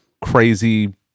crazy